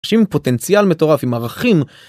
אנשים עם פוטנציאל מטורף, עם ערכים.